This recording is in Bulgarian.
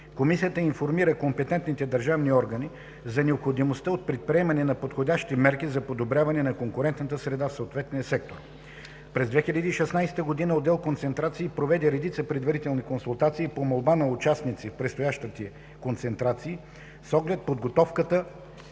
Комисията информира компетентните държавни органи за необходимостта от предприемане на подходящи мерки за подобряване на конкурентната среда в съответния сектор. През 2016 г. отдел „Концентрации” проведе редица предварителни консултации по молба на участници в предстоящи концентрации, с оглед подготовката